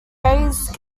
raised